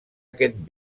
aquest